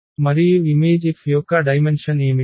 మరియు image F యొక్క dimension ఏమిటి